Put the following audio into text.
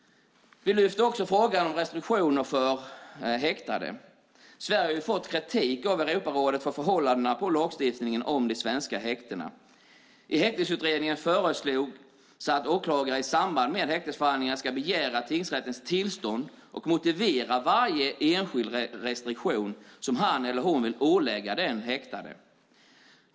Vi lyfter också fram frågan om restriktioner för häktade. Sverige har fått kritik av Europarådet när det gäller lagstiftningen om och förhållandena i de svenska häktena. I Häktesutredningen föreslogs att åklagare i samband med häktesförhandlingar ska begära tingsrättens tillstånd och motivera varje enskild restriktion som han eller hon vill ålägga den häktade.